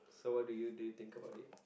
so what do you do you think about it